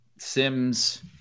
Sims